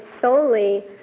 solely